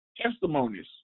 testimonies